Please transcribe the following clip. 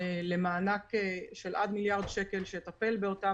למענק של עד מיליארד שקלים שיטפלו באותם